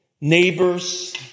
neighbors